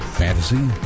fantasy